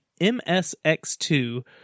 MSX2